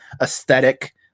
aesthetic